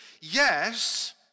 Yes